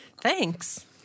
Thanks